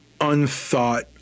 unthought